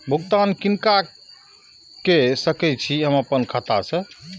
भुगतान किनका के सकै छी हम खाता से?